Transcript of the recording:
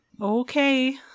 Okay